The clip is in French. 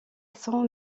sans